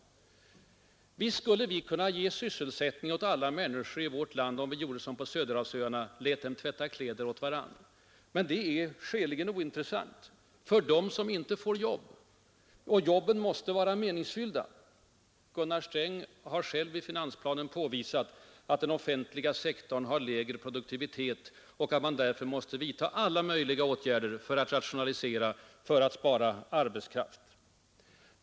Visst skulle vi kunna ge sysselsättning åt alla människor i vårt land, om vi gjorde som man gör på Söderhavsöarna, lät dem tvätta kläder åt varandra. Men det är skäligen ointressant. Jobben måste vara meningsfyllda. Gunnar Sträng har själv i finansplanen påvisat att den offentliga sektorn har lägre produktivitet och att man därför måste vidta alla möjliga åtgärder för att rationalisera och spara arbetskraft.